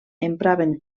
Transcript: empraven